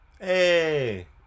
hey